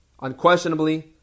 Unquestionably